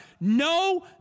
no